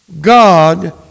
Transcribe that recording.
God